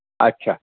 अच्छा